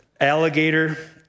alligator